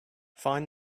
find